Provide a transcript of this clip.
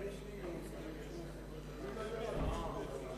יש הסתייגויות דיבור של חבר הכנסת